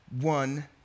one